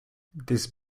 this